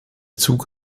zug